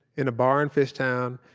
in a bar in fishtown,